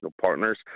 partners